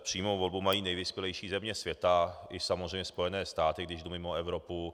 Přímou volbu mají nejvyspělejší země světa i samozřejmě Spojené státy, když jdu mimo Evropu.